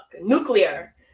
nuclear